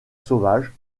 sauvage